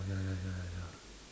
ya ya ya ya ya